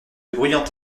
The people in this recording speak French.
bruyante